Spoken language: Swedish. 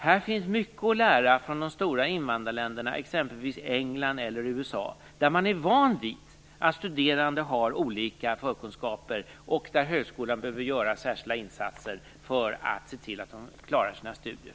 Här finns mycket att lära från de stora invandrarländerna, exempelvis England eller USA, där man är van vid att studerande har olika förkunskaper och att högskolorna behöver göra särskilda insatser för att se till att de klarar sina studier.